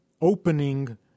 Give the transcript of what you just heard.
opening